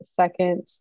second